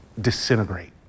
disintegrate